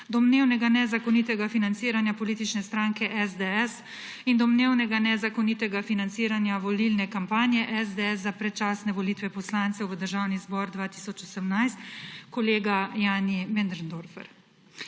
domnevnega nezakonitega financiranja politične stranke SDS in domnevnega nezakonitega financiranja volilne kampanje SDS za predčasne volitve poslancev v Državni zbor 2018 kolega Jani Möderndorfer.